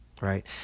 Right